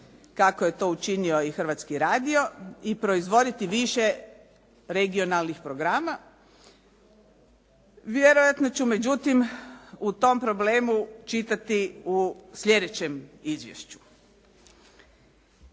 kako je to učinio i Hrvatski radio i proizvoditi više regionalnih programa. Vjerojatno ću međutim u tom problemu čitati u sljedećem izvješću.